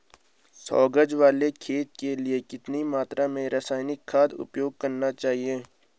सौ गज वाले खेत के लिए कितनी मात्रा में रासायनिक खाद उपयोग करना चाहिए?